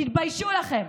תתביישו לכם.